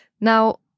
Now